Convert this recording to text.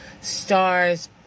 Stars